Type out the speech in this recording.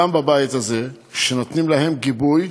גם בבית הזה, שנותנים לה גיבוי,